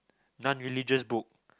none religious book